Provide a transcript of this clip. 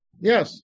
Yes